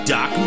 Doc